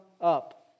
up